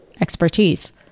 expertise